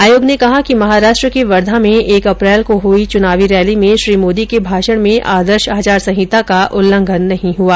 आयोग ने कहा कि महाराष्ट्र के वर्धा में एक अप्रैल को हुई चुनावी रैली में श्री मोदी के भाषण में आदर्श आचार संहिता का उल्लंघन नहीं हुआ